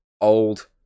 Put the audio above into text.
old